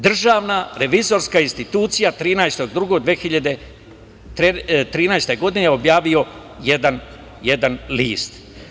Državna revizorska institucija 13. februara 2013. godine, a objavio jedan list.